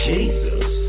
Jesus